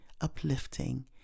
uplifting